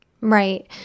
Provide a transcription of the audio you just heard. Right